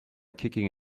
kicking